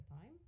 time